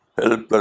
help